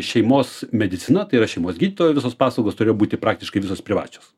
šeimos medicina tai yra šeimos gydytojų visos paslaugos turėjo būti praktiškai visos privačios